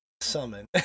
summon